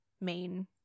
main